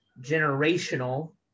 generational